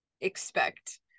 expect